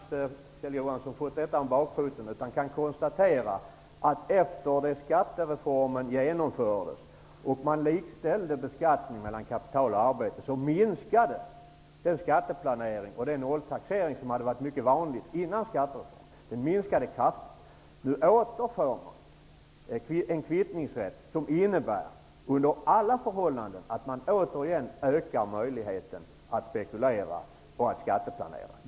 Herr talman! Nej, Kjell Johansson, jag har inte fått detta om bakfoten. Jag kan konstatera att efter det att skattereformen infördes och man likställde beskattning av kapital och arbete minskade den skatteplanering och nolltaxering kraftigt som tidigare var mycket vanlig. Nu återfår man en kvittningsrätt, vilket under alla förhållanden innebär att man ökar möjligheten att spekulera och skatteplanera.